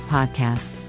Podcast